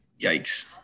Yikes